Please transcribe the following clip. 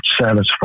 satisfied